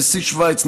נשיא שווייץ,